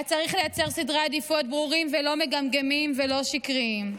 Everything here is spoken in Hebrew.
היה צריך לייצר סדרי העדיפויות ברורים ולא מגמגמים ולא שקריים.